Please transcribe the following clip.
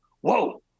Whoa